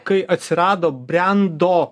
kai atsirado brendo